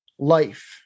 life